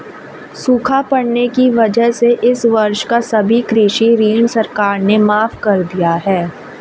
सूखा पड़ने की वजह से इस वर्ष का सभी कृषि ऋण सरकार ने माफ़ कर दिया है